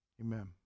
Amen